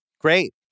Great